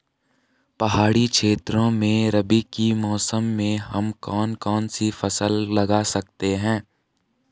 पहाड़ी क्षेत्रों में रबी के मौसम में हम कौन कौन सी फसल लगा सकते हैं?